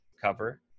cover